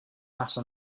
matter